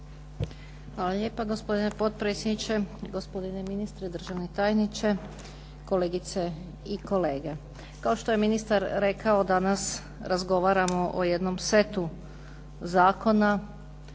Hvala lijepo gospodine potpredsjedniče. Gospodine ministre, državni tajniče, kolegice i kolege. Kao što je ministar rekao danas razgovaramo o jednom setu zakona